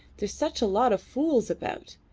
there's such a lot of fools about.